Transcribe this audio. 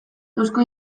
eusko